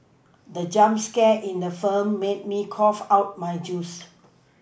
the jump scare in the film made me cough out my juice